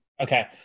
Okay